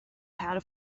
how